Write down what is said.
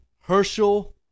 Herschel